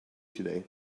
today